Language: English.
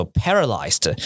paralyzed